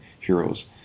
heroes